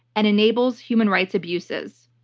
and enables human rights abuses.